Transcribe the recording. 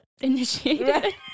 initiated